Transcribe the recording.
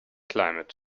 climate